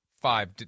five –